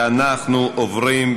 ואנחנו עוברים,